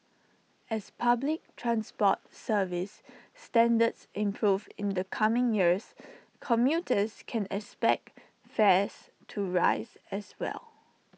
as public transport service standards improve in the coming years commuters can expect fares to rise as well